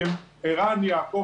כי ערן יעקב,